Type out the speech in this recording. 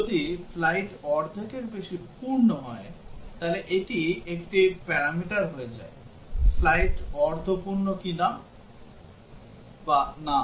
যদি ফ্লাইট অর্ধেকের বেশি পূর্ণ হয় তাহলে এটি একটি প্যারামিটার হয়ে যায় ফ্লাইট অর্ধ পূর্ণ কিনা বা না